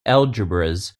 algebras